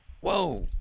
Whoa